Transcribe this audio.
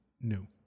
new